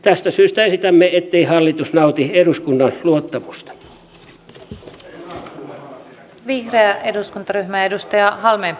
tästä syystä esitämme ettei hallitus nauti eduskunnan luottamusta